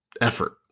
effort